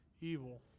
evil